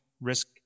risk